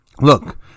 Look